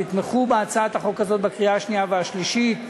יתמכו בהצעת החוק הזאת בקריאה שנייה ושלישית.